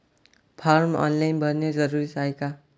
Form online भरने जरुरीचे हाय का?